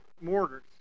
mortars